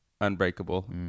Unbreakable